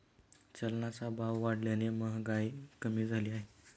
चलनाचा भाव वाढल्याने महागाई कमी झाली आहे